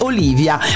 Olivia